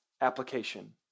application